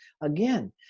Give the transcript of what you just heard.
again